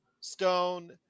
Stone